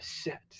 set